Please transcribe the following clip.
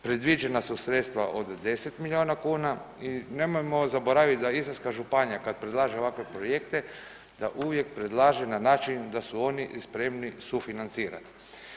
Predviđena su sredstva od 10 milijona kuna i nemojmo zaboravit da Istarska županija kad predlaže ovakve projekte da uvijek predlaže na način da su oni i spremni sufinancirat.